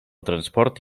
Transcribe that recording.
transport